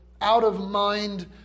out-of-mind